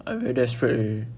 I very desperate already